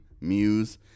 muse